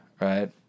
right